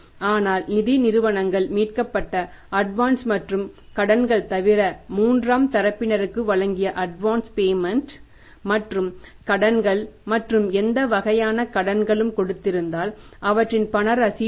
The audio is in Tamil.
ஆனால் நிதி நிறுவனங்கள் மீட்கப்பட்ட அட்வான்ஸ் மற்றும் கடன்கள் தவிர மூன்றாம் தரப்பினருக்கு வழங்கிய அட்வான்ஸ் பேமெண்ட் மற்றும் கடன்கள் மற்றும் எந்த வகையான கடன்களும் கொடுத்திருந்தால் அவற்றின் பண ரசீதுகள்